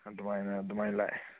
ꯑꯗꯨꯃꯥꯏꯅ ꯑꯗꯨꯃꯥꯏꯅ ꯂꯥꯛꯑꯦ